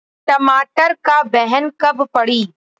टमाटर क बहन कब पड़ी?